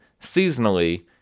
seasonally